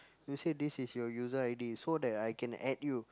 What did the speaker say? you say this is your user I_D so that I can add you